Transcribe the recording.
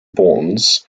bonds